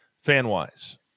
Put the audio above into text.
fan-wise